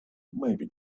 maybe